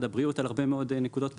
הבריאות על הרבה מאוד נקודות פתוחות,